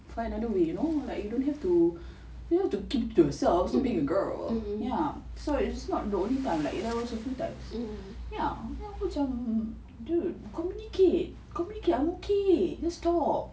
find another way you know you don't have to keep to yourself stop being a girl ya its not the only time there was a few times ya then aku macam dude communicate communicate I'm okay just talk